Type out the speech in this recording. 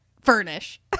Furnish